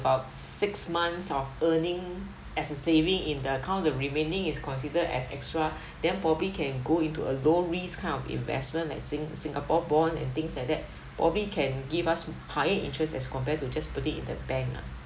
about six months of earning as a saving in the account the remaining is consider as extra then probably can go into a low risk kind of investment like sing~ singapore bond and things like that probably can give us higher interest as compared to just putting in the bank ah